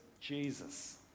jesus